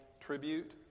tribute